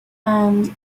and